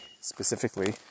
specifically